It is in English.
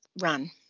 run